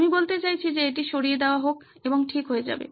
আমি বলতে চাইছি যে এটি সরিয়ে দেওয়া হোক এবং ঠিক হয়ে যাবে